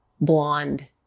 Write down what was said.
blonde